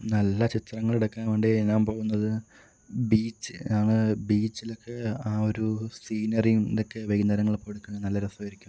നല്ല ചിത്രങ്ങളെടുക്കാൻ വേണ്ടി ഞാൻ പോകുന്നത് ബീച്ച് ആണ് ബീച്ചിലൊക്കെ ആ ഒരു സീനെറീയും ഇതൊക്കെ വൈകുന്നേരങ്ങളെപ്പോഴും കാണാൻ നല്ല രസമായിരിക്കും